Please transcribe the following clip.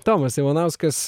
tomas ivanauskas